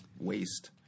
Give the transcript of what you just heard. waste